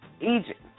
Egypt